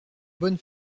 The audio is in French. bonne